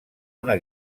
una